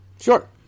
Sure